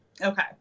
Okay